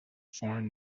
foreign